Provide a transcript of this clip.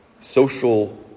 social